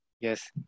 Yes